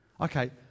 Okay